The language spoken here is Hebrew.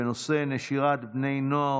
בנושא: נשירת בני נוער